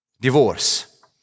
Divorce